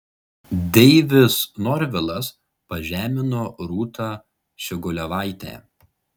deivis norvilas pažemino rūtą ščiogolevaitę